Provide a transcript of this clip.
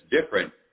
different